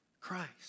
Christ